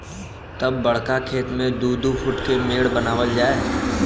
तब बड़का खेत मे दू दू फूट के मेड़ बनावल जाए